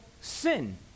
sin